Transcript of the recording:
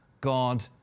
God